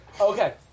Okay